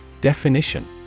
Definition